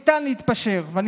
להתפשר, נא לסיים.